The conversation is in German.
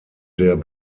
der